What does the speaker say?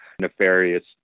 nefarious